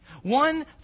One